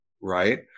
right